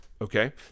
okay